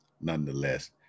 nonetheless